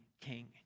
king